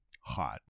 hot